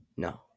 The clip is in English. No